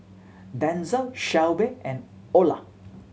Denzel Shelbie and Olar